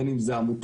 בין אם זה עמותות,